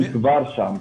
הם כבר שם.